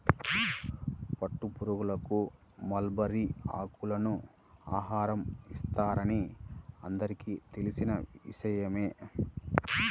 పట్టుపురుగులకు మల్బరీ ఆకులను ఆహారం ఇస్తారని అందరికీ తెలిసిన విషయమే